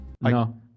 No